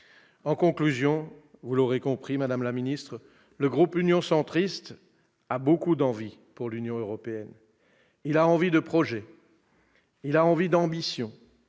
ce pays ? Vous l'aurez compris, madame la ministre, le groupe Union Centriste a beaucoup d'envies pour l'Union européenne. Il a envie de projets, d'ambitions,